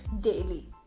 daily